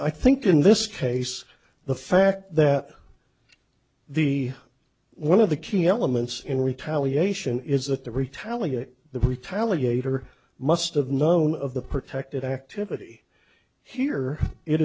i think in this case the fact that the one of the key elements in retaliation is that the retaliate the retaliator must have known of the protected